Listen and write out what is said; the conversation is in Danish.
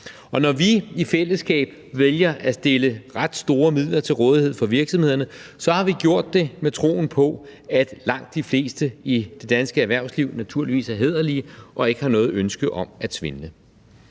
når vi i fællesskab vælger at stille ret store midler til rådighed for virksomhederne, så har vi gjort det med troen på, at langt de fleste i det danske erhvervsliv naturligvis er hæderlige og ikke har noget ønske om at svindle.